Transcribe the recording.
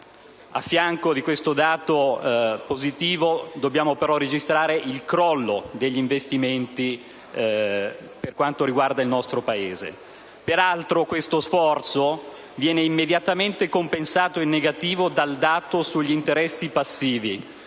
Accanto a questo dato positivo, dobbiamo tuttavia registrare il crollo degli investimenti per quanto riguarda il nostro Paese. Questo sforzo viene peraltro immediatamente compensato, in negativo, dal dato sugli interessi passivi